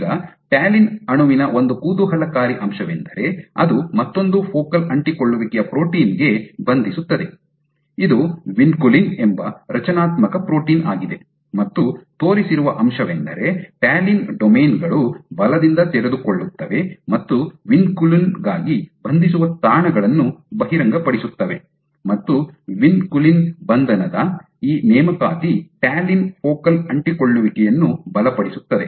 ಈಗ ಟ್ಯಾಲಿನ್ ಅಣುವಿನ ಒಂದು ಕುತೂಹಲಕಾರಿ ಅಂಶವೆಂದರೆ ಅದು ಮತ್ತೊಂದು ಫೋಕಲ್ ಅಂಟಿಕೊಳ್ಳುವಿಕೆಯ ಪ್ರೋಟೀನ್ ಗೆ ಬಂಧಿಸುತ್ತದೆ ಇದು ವಿನ್ಕುಲಿನ್ ಎಂಬ ರಚನಾತ್ಮಕ ಪ್ರೋಟೀನ್ ಆಗಿದೆ ಮತ್ತು ತೋರಿಸಿರುವ ಅಂಶವೆಂದರೆ ಟ್ಯಾಲಿನ್ ಡೊಮೇನ್ ಗಳು ಬಲದಿಂದ ತೆರೆದುಕೊಳ್ಳುತ್ತವೆ ಮತ್ತು ವಿನ್ಕುಲಿನ್ ಗಾಗಿ ಬಂಧಿಸುವ ತಾಣಗಳನ್ನು ಬಹಿರಂಗಪಡಿಸುತ್ತವೆ ಮತ್ತು ವಿನ್ಕುಲಿನ್ ಬಂಧನದ ಈ ನೇಮಕಾತಿ ಟ್ಯಾಲಿನ್ ಫೋಕಲ್ ಅಂಟಿಕೊಳ್ಳುವಿಕೆಯನ್ನು ಬಲಪಡಿಸುತ್ತದೆ